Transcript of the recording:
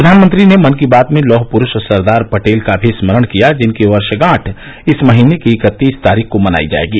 प्रधानमंत्री ने मन की बात भें लौह प्ररूष सरदार पटेल का भी स्मरण किया जिनकी वर्षगांठ इस महीने की इक्कतीस तारीख को मनाई जायेगी